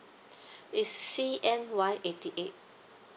it's C_N_Y eighty eight